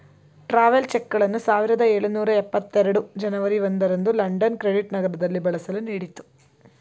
travels ಚೆಕ್ಗಳನ್ನು ಸಾವಿರದ ಎಳುನೂರ ಎಪ್ಪತ್ತ ಎರಡು ಜನವರಿ ಒಂದು ರಂದು ಲಂಡನ್ ಕ್ರೆಡಿಟ್ ನಗರದಲ್ಲಿ ಬಳಸಲು ನೀಡಿತ್ತು